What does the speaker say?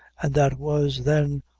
and that was, then,